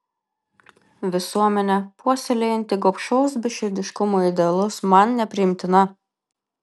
visuomenė puoselėjanti gobšaus beširdiškumo idealus man nepriimtina